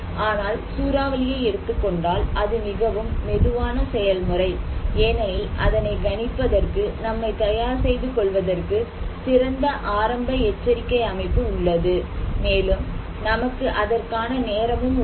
ஆனால் சூறாவளியை எடுத்துக்கொண்டால் அது மிகவும் மெதுவான செயல்முறை ஏனெனில் அதனை கணிப்பதற்கு நம்மை தயார் செய்து கொள்வதற்கு சிறந்த ஆரம்ப எச்சரிக்கை அமைப்பு உள்ளது மேலும் நமக்கு அதற்கான நேரமும் உள்ளது